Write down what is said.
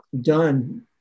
done